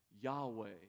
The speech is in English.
Yahweh